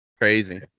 Crazy